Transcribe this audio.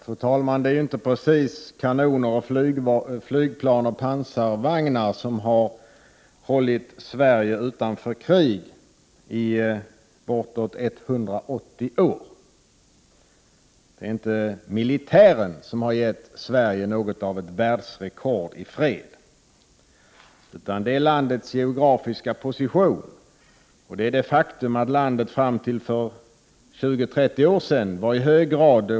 Fru talman! Det är inte precis kanoner, flygplan och pansarvagnar som har hållit Sverige utanför krig i bortåt 180 år. Det är inte militären som har gett Sverige något av ett världsrekord i fred, utan det är landets geografiska position och det faktum att landet fram till för 20-30 år sedan var i hög grad Prot.